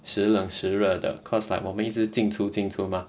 时冷时热的 cause like 我们一直进进出吗